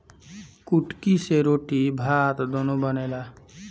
कुटकी से रोटी भात दूनो बनेला